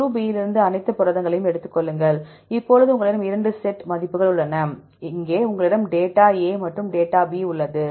குழு B இலிருந்து அனைத்து புரதங்களையும் எடுத்துக் கொள்ளுங்கள் இப்போது உங்களிடம் 2 செட் மதிப்புகள் உள்ளன இங்கே உங்களிடம் டேட்டா A மற்றும் டேட்டா B உள்ளது